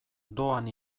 doan